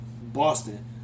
Boston